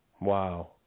wow